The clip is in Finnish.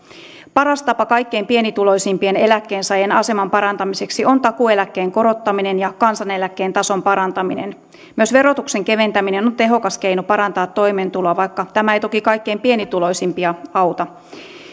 paras tapa kaikkein pienituloisimpien eläkkeensaajien aseman parantamiseksi on takuueläkkeen korottaminen ja kansaneläkkeen tason parantaminen myös verotuksen keventäminen on on tehokas keino parantaa toimeentuloa vaikka tämä ei toki kaikkein pienituloisimpia auta